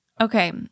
Okay